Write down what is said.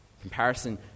Comparison